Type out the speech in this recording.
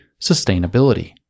sustainability